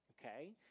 Okay